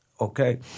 Okay